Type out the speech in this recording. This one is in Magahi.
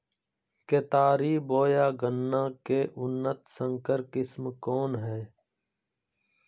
केतारी बोया गन्ना के उन्नत संकर किस्म कौन है?